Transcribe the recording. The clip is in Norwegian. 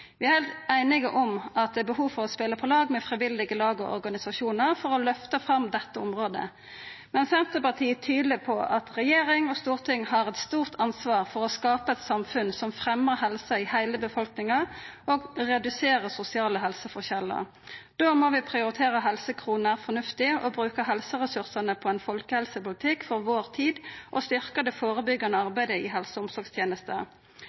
Vi er heilt einige om at det er behov for å spela på lag med frivillige lag og organisasjonar for å lyfta fram dette området. Men Senterpartiet er tydeleg på at regjering og storting har eit stort ansvar for å skapa eit samfunn som fremmar helse i heile befolkninga og reduserer sosiale helseforskjellar. Då må vi prioritera helsekroner fornuftig, bruka helseressursane på ein folkehelsepolitikk for vår tid og styrkja det